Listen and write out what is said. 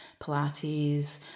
Pilates